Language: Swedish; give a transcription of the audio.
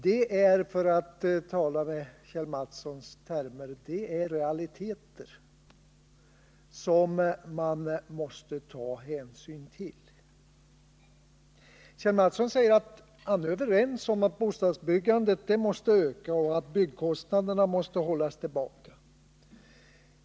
Det är, för att tala i Kjell Mattssons termer, realiteter, som man måste ta hänsyn till. Kjell Mattsson säger att han håller med om att bostadsbyggandet måste öka och att byggkostnaderna måste hållas tillbaka.